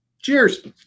Cheers